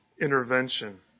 intervention